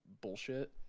bullshit